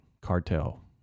cartel